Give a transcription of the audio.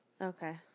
Okay